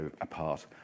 apart